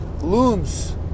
looms